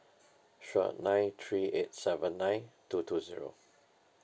sure nine three eight seven nine two two zero